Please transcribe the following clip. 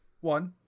one